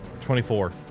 24